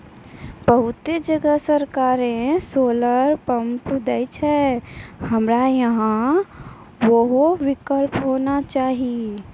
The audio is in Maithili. बहुत जगह सरकारे सोलर पम्प देय छैय, हमरा यहाँ उहो विकल्प होना चाहिए?